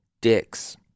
dicks